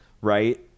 right